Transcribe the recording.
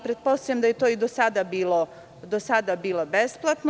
Pretpostavljam da je to i do sada bilo besplatno.